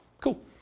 Cool